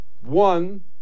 One